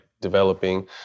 developing